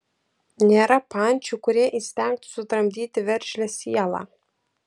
nėra pančių kurie įstengtų sutramdyti veržlią sielą